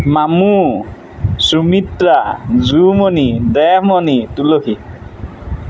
Mamu Sumitra Jumoni Demoni Tulsi